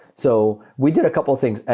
so we did a couple things.